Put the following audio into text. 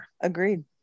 agreed